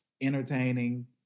entertaining